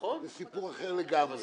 זה סיפור אחרי לגמרי.